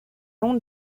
long